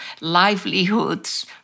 livelihoods